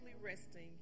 resting